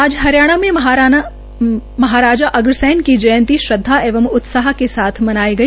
आज हरियाणा में महाराजा अग्रसेन की जयंती श्रद्वा एवं उत्साह से साथ मनाई गई